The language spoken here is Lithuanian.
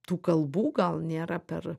tų kalbų gal nėra per